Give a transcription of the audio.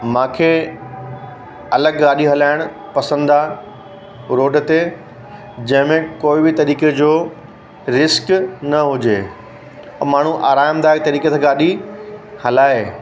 मूंखे अलॻि गाॾी हलाइणु पसंदि आहे रोड ते जंहिंमें कोई बि तरीक़े जो रिस्क न हुजे ऐं माण्हू आरामदायक तरीक़े सां गाॾी हलाए